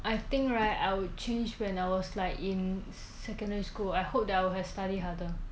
I think right I will change when I was like in secondary school I hope that I would have studied harder